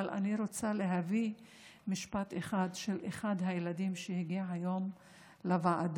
אבל אני רוצה להביא משפט אחד של אחד הילדים שהגיע היום לוועדה,